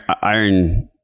iron